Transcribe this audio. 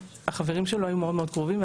החברים שלו היו מאוד מאוד קרובים.